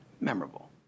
memorable